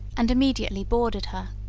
and immediately boarded her.